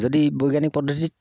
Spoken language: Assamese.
যদি বৈজ্ঞানিক পদ্ধতিত